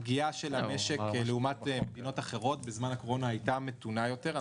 הפגיעה של המשק לעומת מדינות אחרות בזמן הקורונה הייתה מתונה יותר.